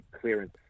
clearance